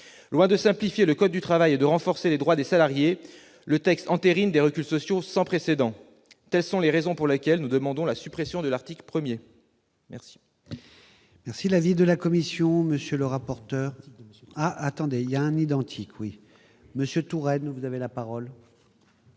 Loin de simplifier le code du travail et de renforcer les droits des salariés, le texte entérine des reculs sociaux sans précédent. C'est pourquoi nous demandons la suppression de l'article 1er. La